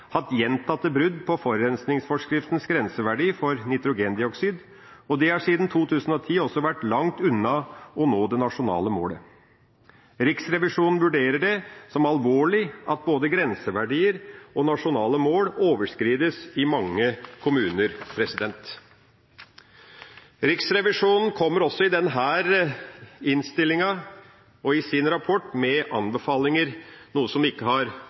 hatt gjentatte brudd på forurensningsforskriftens grenseverdi for nitrogendioksid, og de har siden 2010 også vært langt unna å nå det nasjonale målet. Riksrevisjonen vurderer det som alvorlig at både grenseverdier og nasjonale mål overskrides i mange kommuner. Riksrevisjonen kommer også i denne innstillinga og i sin rapport med anbefalinger, noe som ikke har